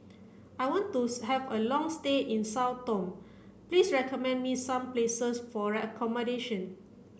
I want to have a long stay in Sao Tome please recommend me some places for accommodation